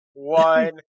one